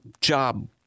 job